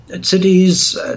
Cities